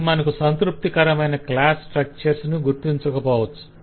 అది మనకు సంతృప్తికరమైన క్లాస్ స్ట్రక్చర్స్ ను గుర్తించక పోవచ్చు